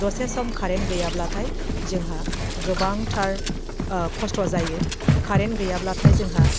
दसे सम कारेन्ट गैयाब्लाथाय जोंहा गोबांथार खस्थ' जायो कारेन्ट गैयाब्लाथाय जोंहा